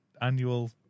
annual